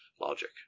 logic